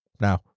Now